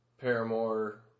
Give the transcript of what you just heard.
Paramore